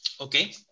okay